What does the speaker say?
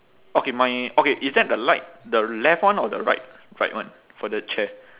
okay my okay is that the light the left one or the right right one for the chair